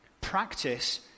practice